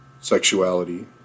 sexuality